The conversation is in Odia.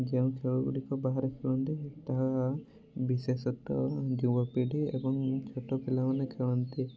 ଯେଉଁ ଖେଳ ଗୁଡ଼ିକ ବାହାରେ ଖେଳନ୍ତି ତାହା ବିଶେଷତ୍ୱ ଯୁବ ପିଢ଼ି ଏବଂ ପିଲାମାନେ ଖେଳନ୍ତି